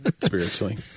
spiritually